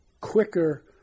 quicker